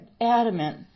adamant